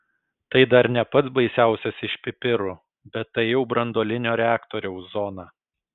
tai dar ne pats baisiausias iš pipirų bet tai jau branduolinio reaktoriaus zona